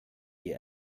die